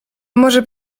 może